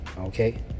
Okay